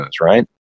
right